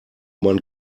man